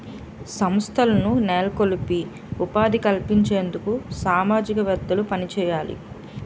సంస్థలను నెలకొల్పి ఉపాధి కల్పించేందుకు సామాజికవేత్తలు పనిచేయాలి